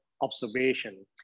observation